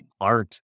art